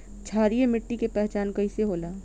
क्षारीय मिट्टी के पहचान कईसे होला?